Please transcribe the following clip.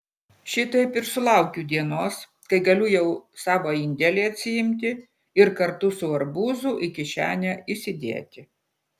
šitaip ir sulaukiu dienos kai galiu jau savo indėlį atsiimti ir kartu su arbūzu į kišenę įsidėti